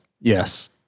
Yes